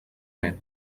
meu